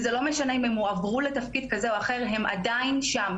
זה לא משנה אם הם הועברו לתפקיד כזה או אחר - הם עדיין שם.